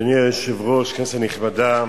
אדוני היושב-ראש, כנסת נכבדה,